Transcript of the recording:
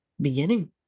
beginning